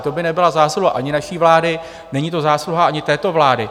To by nebyla zásluha ani naší vlády, není to zásluha ani této vlády.